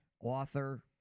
author